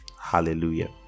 hallelujah